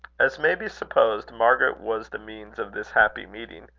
as may be supposed, margaret was the means of this happy meeting.